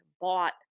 bought